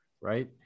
right